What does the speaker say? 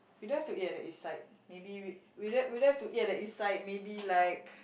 we don't have to eat at the east side maybe we we don't we don't have to eat at the east side maybe like